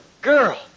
girl